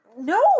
No